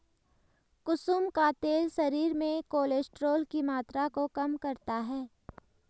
कुसुम का तेल शरीर में कोलेस्ट्रोल की मात्रा को कम करता है